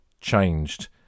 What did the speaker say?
changed